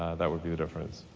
ah that would be the difference.